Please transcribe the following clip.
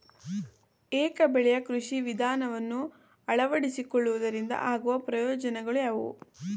ಏಕ ಬೆಳೆಯ ಕೃಷಿ ವಿಧಾನವನ್ನು ಅಳವಡಿಸಿಕೊಳ್ಳುವುದರಿಂದ ಆಗುವ ಪ್ರಯೋಜನಗಳು ಯಾವುವು?